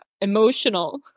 emotional